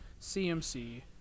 cmc